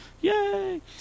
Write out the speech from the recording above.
Yay